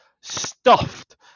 stuffed